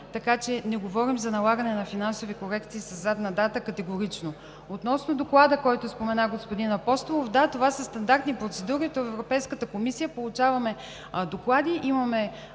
събрани. Не говорим за финансови корекции със задна дата – категорично! Относно доклада, който спомена господин Апостолов, да, това са стандартни процедури. От Европейската комисия получаваме доклади. Имаме